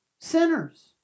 sinners